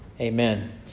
Amen